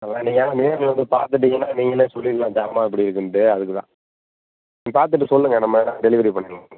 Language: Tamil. அதெல்லாம் நீங்கள் நேரில் வந்து பாத்துட்டீங்கன்னா நீங்களே சொல்லிடலாம் ஜாமான் எப்படி இருக்குன்னுட்டு அதுக்கு தான் ம் பார்த்துட்டு சொல்லுங்கள் நம்ம வேணா டெலிவரி பண்ணிடலாம்